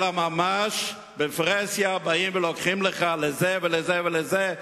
אלא ממש בפרהסיה באים ולוקחים לך לזה ולזה ולזה,